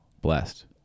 blessed